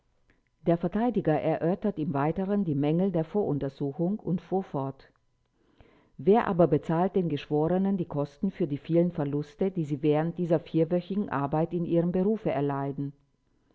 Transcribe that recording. der verteidiger erörtert im weiteren die mängel der voruntersuchung und fuhr fort wer aber bezahlt den geschworenen die kosten für die vielen verluste die sie während dieser vielwöchigen arbeit in ihrem berufe erleiden